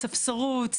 ספסרות,